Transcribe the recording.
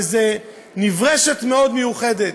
איזו נברשת מאוד מיוחדת,